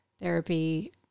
therapy